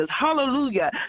hallelujah